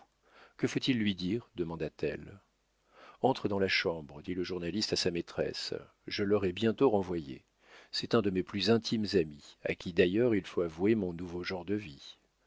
que faut-il lui dire demanda-t-elle entre dans la chambre dit le journaliste à sa maîtresse je l'aurai bientôt renvoyé c'est un de mes plus intimes amis à qui d'ailleurs il faut avouer mon nouveau genre de vie